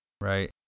right